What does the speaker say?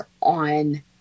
on